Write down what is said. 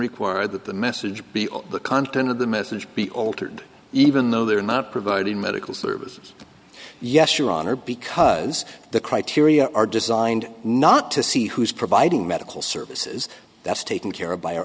require that the message be the content of the message be altered even though they're not providing medical services yes your honor because the criteria are designed not to see who's providing medical services that's taken care of by our